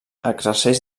exerceix